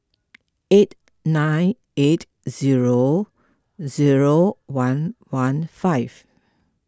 eight nine eight zero zero one one five